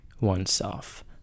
oneself